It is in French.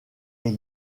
est